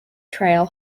trail